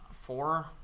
four